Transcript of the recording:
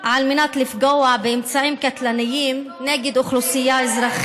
לפגוע באמצעים קטלניים, על הרצון לפגוע